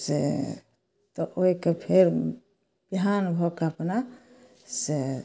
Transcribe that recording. से तऽ ओहिके फेर बिहान भऽ कऽ अपना से